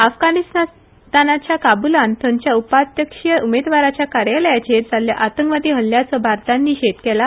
अफगाणिस्तानाच्या काबुलांत थंयच्या उपाध्यक्षीय उमेदवाराच्या कार्यालयाचेर जाल्ल्या आतंकवादी हल्ल्याचो भारतान निषेध केला